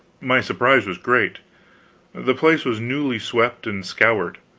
my surprise was great the place was newly swept and scoured.